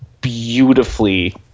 beautifully